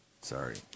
Sorry